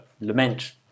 lament